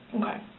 Okay